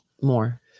more